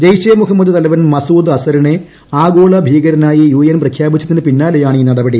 ജെയ്ഷേ ഇ മുഹമ്മദ് തലവൻ മസൂദ് അസറിനെ ആഗോള ഭീകരനായി യു എൻ പ്രഖ്യാപിച്ചതിന് പിന്നാലെയാണ് ഈ നടപടി